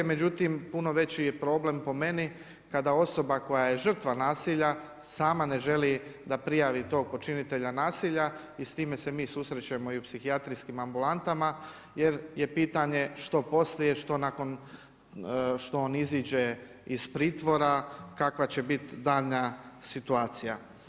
Međutim puno veći je problem po meni kada osoba koja je žrtva nasilja sama ne želi da prijavi tog počinitelja tog nasilja i s time se mi susrećemo i u psihijatrijskim ambulantama jer je pitanje što poslije i što nakon, što kad on iziđe iz pritvora, kakva će biti daljnja situacija.